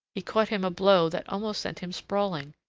he caught him a blow that almost sent him sprawling.